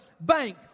bank